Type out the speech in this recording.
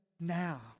now